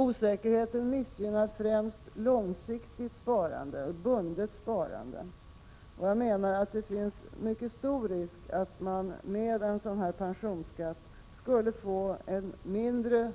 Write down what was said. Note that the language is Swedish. Osäkerheten missgynnar främst långsiktigt sparande och bundet sparande, och jag menar att det finns en mycket stor risk för att man med en sådan här pensionsskatt skulle få en mindre